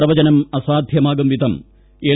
പ്രവചനം അസാധ്യമാകുംവിധം എൽ